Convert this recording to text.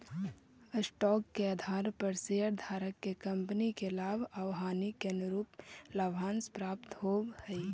stock के आधार पर शेयरधारक के कंपनी के लाभ आउ हानि के अनुरूप लाभांश प्राप्त होवऽ हई